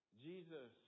Jesus